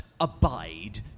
abide